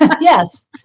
yes